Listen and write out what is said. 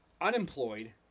unemployed